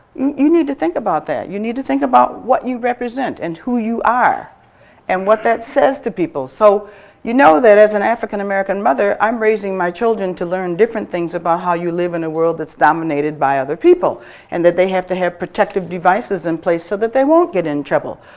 you need to think about that. you need to think about what you represent and who you are and what that says to people, so you know that as an african american mother, i'm raising my children to learn different things about how you live in a world that's dominated by other people and that they have to have protective devices in place so that they won't get in trouble.